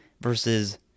versus